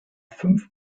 fünf